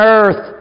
earth